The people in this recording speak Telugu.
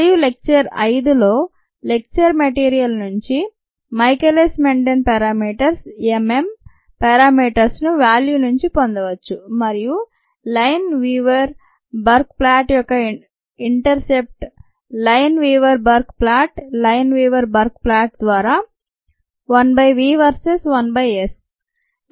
మరియు లెక్చర్ 5లో లెక్చర్ మెటీరియల్ నుంచి Michaelis Menten parameters M m parameters ను వేల్యూ నుంచి పొందవచ్చు మరియు లైన్ వీవర్ బర్క్ ప్లాట్ యొక్క intercept Lineweaver Burk plot Lineweaver Burk plot ద్వారా one by v versus one by s